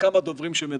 ומכמה דוברים שמדברים.